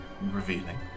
revealing